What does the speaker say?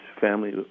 family